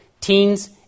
Teens